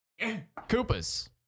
Koopas